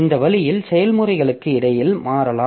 இந்த வழியில் செயல்முறைகளுக்கு இடையில் மாறலாம்